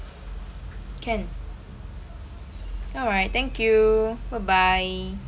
can all right thank you bye-bye